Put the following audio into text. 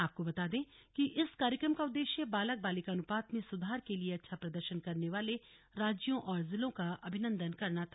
आपको बता दें कि इस कार्यक्रम का उद्देश्य बालक बालिका अनुपात में सुधार के लिए अच्छा प्रदर्शन करने वाले राज्यों और जिलों का अभिनंदन करना था